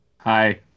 hi